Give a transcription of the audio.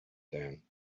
down